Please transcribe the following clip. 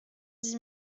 dix